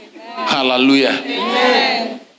Hallelujah